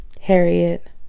Harriet